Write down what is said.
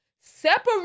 Separate